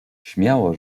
śmiało